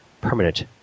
permanent